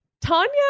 Tanya